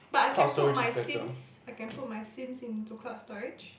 but I can put my Sims I can put my Sims into cloud storage